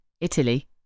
Italy